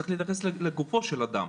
צריך להתייחס לגופו של אדם.